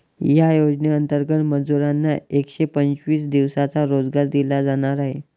या योजनेंतर्गत मजुरांना एकशे पंचवीस दिवसांचा रोजगार दिला जाणार आहे